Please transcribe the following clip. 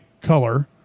color